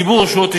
כלומר, לציבור יש